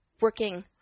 working